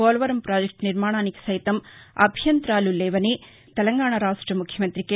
పోలవరం ప్రాజెక్లు నిర్మాణానికి సైతం అభ్యంతరాలు తలేవని తెలంగాణా ముఖ్యమంత్రి కె